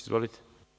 Izvolite.